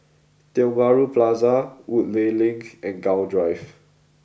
Tiong Bahru Plaza Woodleigh Link and Gul Drive